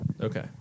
Okay